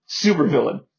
supervillain